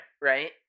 Right